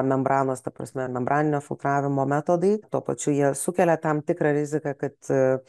membranos ta prasme membraninio filtravimo metodai tuo pačiu jie sukelia tam tikrą riziką kad